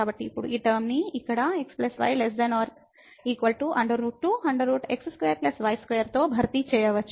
కాబట్టి ఇప్పుడు ఈ టర్మని ఇక్కడ | x || y |≤ 2x2y2 తో భర్తీ చేయవచ్చు